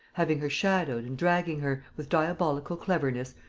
having her shadowed and dragging her, with diabolical cleverness,